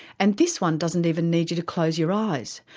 and this one doesn't even need you to close your eyes,